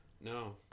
no